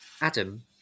Adam